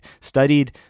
studied